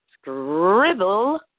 Scribble